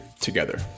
together